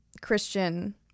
Christian